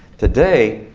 today,